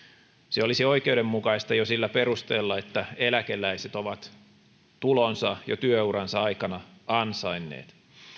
se olisi oikeudenmukaista jo sillä perusteella että eläkeläiset ovat tulonsa jo työuransa aikana ansainneet